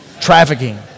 trafficking